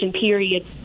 period